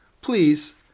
Please